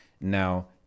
Now